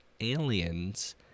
aliens